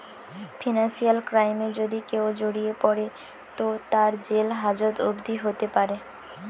financial ক্রাইমে যদি কেও জড়িয়ে পড়ে তো তার জেল হাজত অবদি হোতে পারে